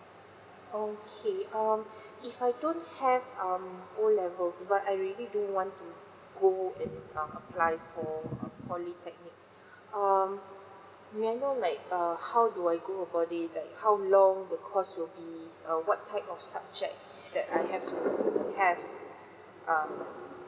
okay um if I don't have um O levels but I really do want to go and um apply for uh polytechnic um may I know like err how do I go about it like how long the course will be uh what type of subject that I have to have uh